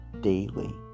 daily